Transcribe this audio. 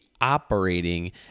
operating